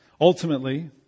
Ultimately